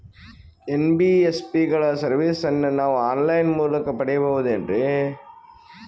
NBSC ಗಳ ಸರ್ವಿಸನ್ನ ನಾವು ಆನ್ ಲೈನ್ ಮೂಲಕ ಪಡೆಯಬಹುದೇನ್ರಿ?